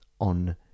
on